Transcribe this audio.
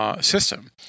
System